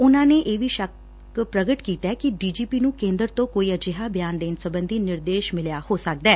ਉਨੂਾਂ ਨੇ ਇਹ ਵੀ ਸ਼ੱਕ ਪ੍ਗਟ ਕੀਤੈ ਕਿ ਡੀ ਜੀ ਪੀ ਨੂੰ ਕੇਂਦਰ ਤੋਂ ਕੋਈ ਅਜਿਹਾ ਬਿਆਨ ਦੇਣ ਸਬੰਧੀ ਨਿਰਦੇਸ਼ ਮਿਲਿਆ ਹੋ ਸਕਦੈ